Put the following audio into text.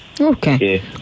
Okay